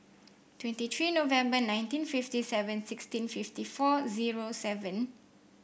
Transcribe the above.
twenty three November nineteen fifty seven sixteen fifty four zero seven